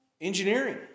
engineering